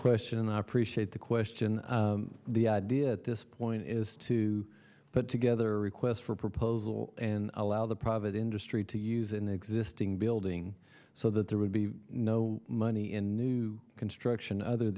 question and i appreciate the question the idea at this point is to put together a quest for proposal and allow the private industry to use an existing building so that there would be no money in new construction other